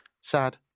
sad